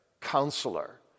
Counselor